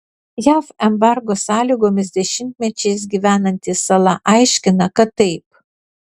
jav embargo sąlygomis dešimtmečiais gyvenanti sala aiškina kad taip